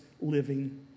living